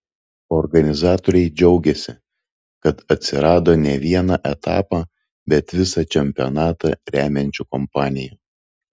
organizatoriai džiaugiasi kad atsirado ne vieną etapą bet visą čempionatą remiančių kompanijų